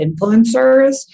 influencers